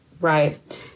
right